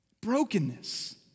Brokenness